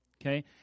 okay